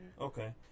Okay